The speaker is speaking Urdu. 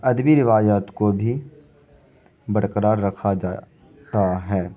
ادبی روایات کو بھی برقرار رکھا جاتا ہے